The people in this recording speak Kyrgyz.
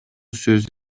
сөз